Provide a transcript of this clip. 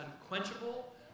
unquenchable